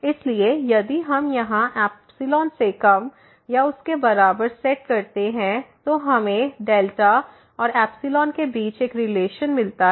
इसलिए यदि हम यहां से कम या उसके बराबर सेट करते हैं तो हमें और के बीच एक रिलेशन मिलता है